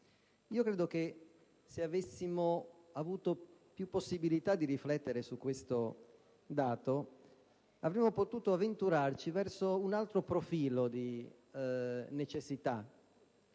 indagini. Se avessimo avuto maggiore possibilità di riflettere su questo dato, forse avremmo potuto avventurarci verso un altro profilo di necessità.